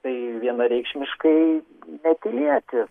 tai vienareikšmiškai netylėti